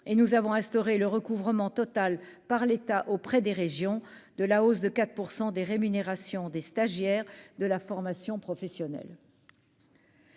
et nous avons instauré le recouvrement total par l'état auprès des régions de la hausse de 4 % des rémunérations des stagiaires de la formation professionnelle.